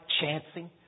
chancing